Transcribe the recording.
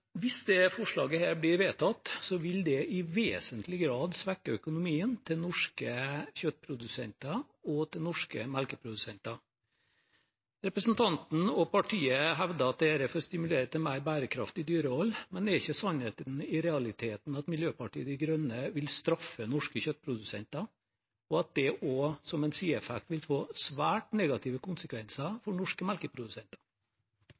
Hvis dette forslaget blir vedtatt, vil det i vesentlig grad svekke økonomien til norske kjøttprodusenter og til norske melkeprodusenter. Representanten og partiet hevder at det er for å stimulere til mer bærekraftig dyrehold, men er ikke sannheten at Miljøpartiet De Grønne i realiteten vil straffe norske kjøttprodusenter, og at det også som en sideeffekt vil få svært negative konsekvenser